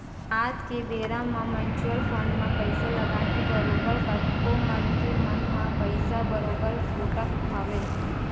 आज के बेरा म म्युचुअल फंड म पइसा लगाके बरोबर कतको मनखे मन ह पइसा बरोबर सोटत हवय